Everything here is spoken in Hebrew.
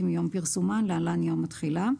מיום פרסומן (להלן יום התחילה).